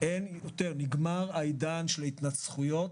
נגמר העידן של ההתנצחויות.